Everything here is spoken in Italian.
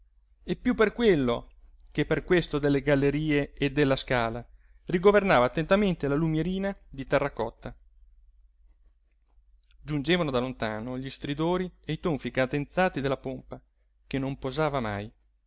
e piú per quello che per questo delle gallerie e della scala rigovernava attentamente la lumierina di terracotta giungevano da lontano gli stridori e i tonfi cadenzati della pompa che non posava mai